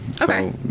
Okay